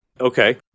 Okay